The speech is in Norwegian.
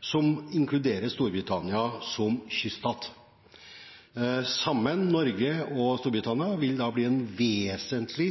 som inkluderer Storbritannia som kyststat. Sammen vil Norge og Storbritannia bli en vesentlig